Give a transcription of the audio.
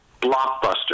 blockbuster